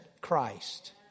Christ